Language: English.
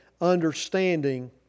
understanding